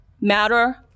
matter